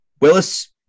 Willis